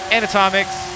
Anatomics